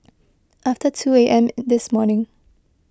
after two A M this morning